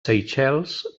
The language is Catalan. seychelles